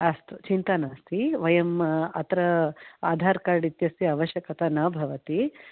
अस्तु चिन्ता नास्ति वयं अत्र आधार्कार्ड् इत्यस्य आवश्यकता न भवति आ